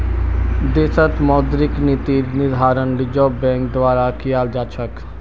देशत मौद्रिक नीतिर निर्धारण रिज़र्व बैंक द्वारा कियाल जा छ